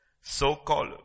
so-called